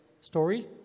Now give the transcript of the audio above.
stories